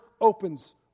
opens